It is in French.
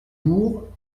bourg